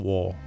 War